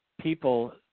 people